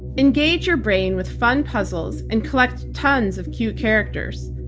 engage your brain with fun puzzles and collect tons of cute characters.